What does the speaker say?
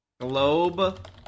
Globe